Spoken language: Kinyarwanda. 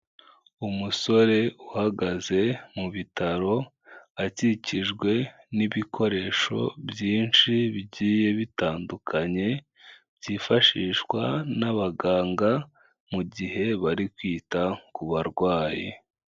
Umusore uhagaze mu bitaro akikijwe n'ibikoresho byinshi bigiye bitandukanye, byifashishwa n'abaganga mu gihe bari kwita ku barwayi.